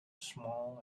small